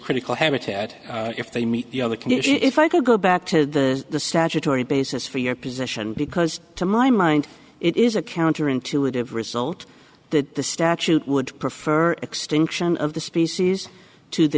critical habitat if they meet the other conditions if i could go back to the statutory basis for your position because to my mind it is a counter intuitive result that the statute would prefer extinction of the species to the